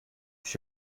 ich